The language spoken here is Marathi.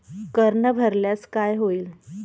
कर न भरल्यास काय होईल?